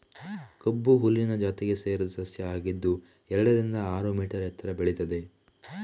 ಕಬ್ಬು ಹುಲ್ಲಿನ ಜಾತಿಗೆ ಸೇರಿದ ಸಸ್ಯ ಆಗಿದ್ದು ಎರಡರಿಂದ ಆರು ಮೀಟರ್ ಎತ್ತರ ಬೆಳೀತದೆ